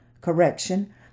correction